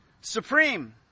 supreme